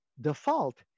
default